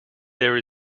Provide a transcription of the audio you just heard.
there